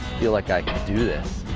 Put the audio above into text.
feel like i can do this.